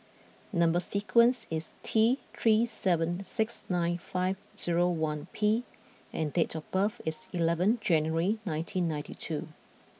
number sequence is T three seven six nine five zero one P and date of birth is eleven January nineteen ninety two